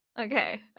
Okay